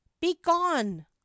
begone